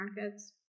markets